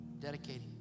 Dedicating